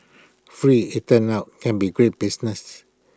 free IT turns out can be great business